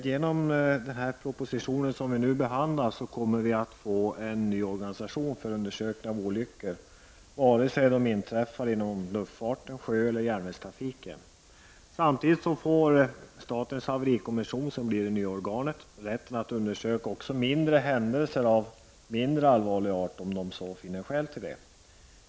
Herr talman! I den proposition som vi nu behandlar föreslås att det skall inrättas en ny organisation för undersökningar av olyckor, vare sig de inträffar inom luftfarten, sjöfarten eller järnvägstrafiken. Samtidigt får statens haverikommission, som blir det nya organets namn, rätten att undersöka också händelser av mindre allvarlig art, om den finner skäl till det.